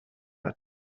hat